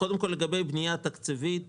לגבי הבנייה התקציבית